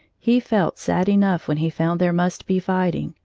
he felt sad enough when he found there must be fighting,